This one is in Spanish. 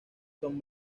son